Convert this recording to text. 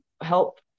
help